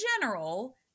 general